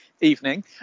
Evening